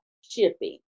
shipping